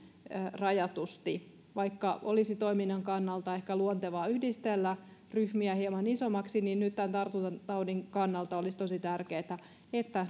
rajatusti vaikka olisi toiminnan kannalta ehkä luontevaa yhdistellä ryhmiä hieman isommiksi nyt tämän tartuntataudin kannalta olisi tosi tärkeätä että